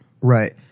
right